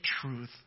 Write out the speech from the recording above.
truth